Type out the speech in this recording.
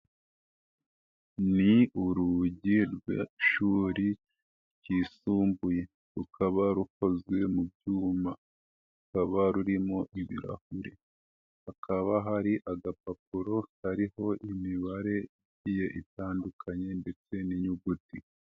Ni urugi rw'shuri ryisumbuye, rukaba rukozwe mu byuma rukaba rurimo ibirahure, hakaba hari agapapuro kariho imibare igiye itandukanye ndetse n'inyuguti.